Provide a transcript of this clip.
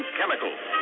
chemicals